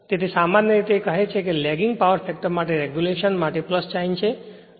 તેથી સામાન્ય રીતે કહે છે કે લેગિંગ પાવર ફેક્ટર માટે રેગ્યુલેશન માટે સાઇન છે